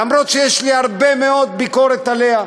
למרות שיש לי הרבה מאוד ביקורת עליה,